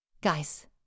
Guys